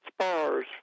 spars